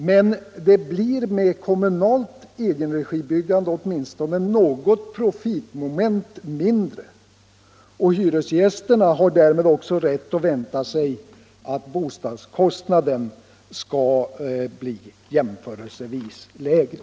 Men det blir med kommunalt egenregibyggande åtminstone något profitmoment mindre och hyresgästerna har därmed också rätt att vänta att bostadskostnaden skall bli jämförelsevis lägre.